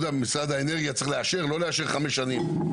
משרד האנרגיה צריך לאשר או לא לאשר חמש שנים.